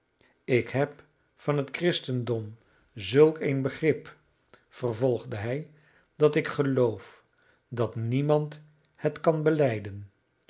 ik heb van het christendom zulk een begrip vervolgde hij dat ik geloof dat niemand het kan